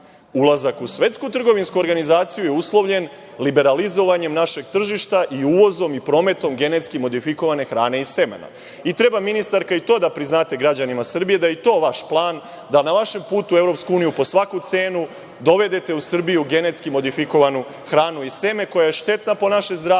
Ulazak u Svetsku trgovinsku organizaciju je uslovljen liberalizovanjem našeg tržišta i uvozom i prometom genetski modifikovane hrane i semena. Treba ministarka i to da priznate građanima Srbije, da je i to vaš plan da na vašem putu u EU, po svaku cenu dovedete u Srbiju genetski modifikovanu hranu i seme, koje je šteta po naše zdravlje,